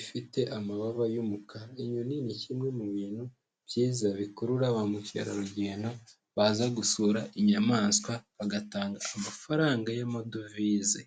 ifite amababa y'umukara, inyoni ni kimwe mu bintu byiza bikurura ba mukerarugendo baza gusura inyamaswa bagatanga amafaranga y'amadovize.